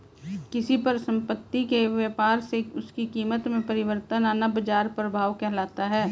किसी परिसंपत्ति के व्यापार से उसकी कीमत में परिवर्तन आना बाजार प्रभाव कहलाता है